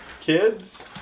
Kids